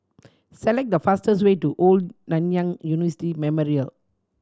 select the fastest way to Old Nanyang University Memorial